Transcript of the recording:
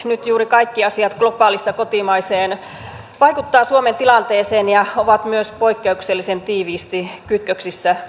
nyt juuri kaikki asiat globaalista kotimaiseen vaikuttavat suomen tilanteeseen ja ovat myös poikkeuksellisen tiiviisti kytköksissä toisiinsa